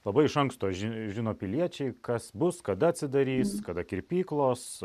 labai iš anksto ži žino piliečiai kas bus kada atsidarys kada kirpyklos